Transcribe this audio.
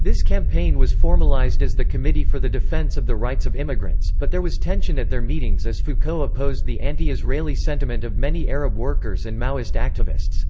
this campaign was formalised as the committee for the defence of the rights of immigrants, but there was tension at their meetings as foucault opposed the anti-israeli sentiment of many arab workers and maoist activists.